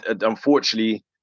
unfortunately